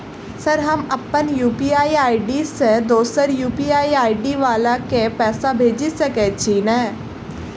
Sir हम अप्पन UPI ID सँ दोसर यु.पी.आई आई.डी वला केँ पैसा भेजि सकै छी नै?